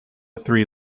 three